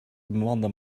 bemande